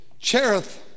Cherith